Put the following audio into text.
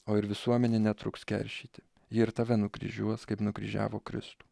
o ir visuomenė netruks keršyti ji ir tave nukryžiuos kaip nukryžiavo kristų